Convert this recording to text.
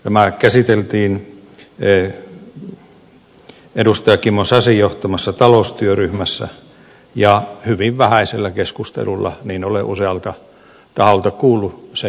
tämä käsiteltiin edustaja kimmo sasin johtamassa taloustyöryhmässä ja hyvin vähäisellä keskustelulla niin olen usealta taholta kuullut se kuitattiin